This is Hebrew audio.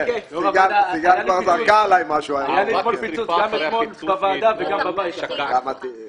היה פיצוץ אתמול גם בוועדה וגם לאחר מכן.